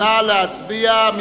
נא להצביע.